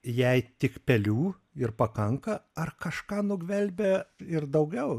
jei tik pelių ir pakanka ar kažką nugvelbia ir daugiau